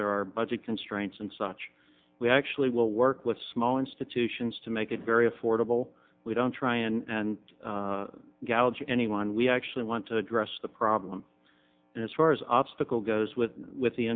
there are budget constraints and such we actually will work with small institutions to make it very affordable we don't try and gals anyone we actually want to address the problem as far as obstacle goes with with the